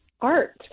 art